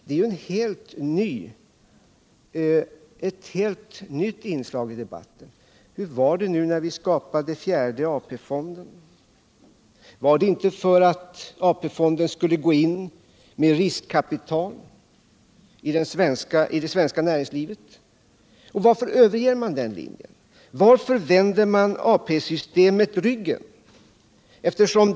Det är ju ett helt nytt inslag i debatten. Men hur var det när vi skapade fjärde AP-fonden? Gjordes inte detta för att AP-fonden skulle gå in med riskkapital i det svenska näringslivet? Varför överger socialdemokratin nu den linjen? Varför vänder man AP systemet ryggen?